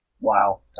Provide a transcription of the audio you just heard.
Wow